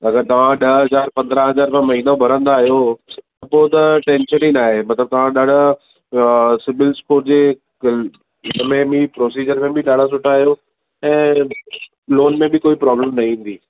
अगरि तव्हां ॾह हज़ार पंदरहां हज़ार रुपया महीनो भरींदा आहियो पोइ त टैंशन ही नाहे मतलबु तव्हां ॾाढा सिबील स्कॉर जे कल्ट हिन में बि प्रोसीजर में बि ॾाढा सुठा आहियो ऐं लोन में बि कोई प्रॉब्लम न ईंदी